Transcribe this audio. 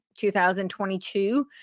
2022